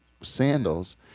sandals